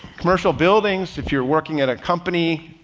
commercial buildings, if you're working at a company,